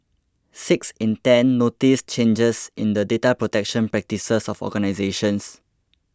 six in ten noticed changes in the data protection practices of organisations